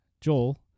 Joel